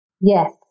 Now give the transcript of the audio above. Yes